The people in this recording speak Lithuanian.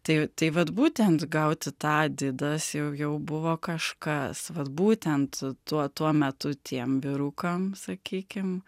tai tai vat būtent gauti tą adidas jau jau buvo kažkas vat būtent tuo tuo metu tiem vyrukam sakykim